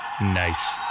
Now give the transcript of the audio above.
Nice